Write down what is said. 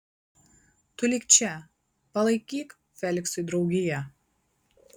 tu lik čia palaikyk feliksui draugiją